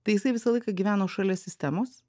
tai jisai visą laiką gyveno šalia sistemos